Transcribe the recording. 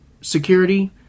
security